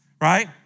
right